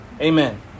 Amen